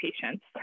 patients